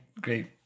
great